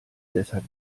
deshalb